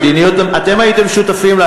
אתם הייתם שותפים לה,